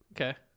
okay